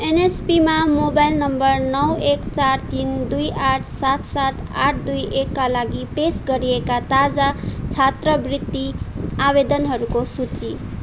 एनएसपीमा mobile number नौ एक चार तिन दुई आठ सात सात आठ दुई एकका लागि पेस गरिएका ताजा छात्रवृत्ति आवेदनहरूको सूची